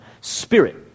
spirit